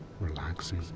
relaxing